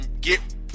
get